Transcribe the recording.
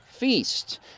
feast